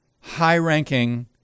high-ranking